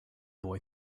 boy